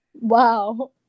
Wow